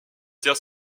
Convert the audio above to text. tiers